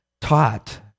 taught